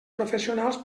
professionals